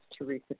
Teresa